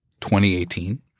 2018